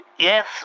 Yes